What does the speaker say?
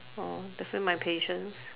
oh definitely my patience